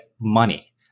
money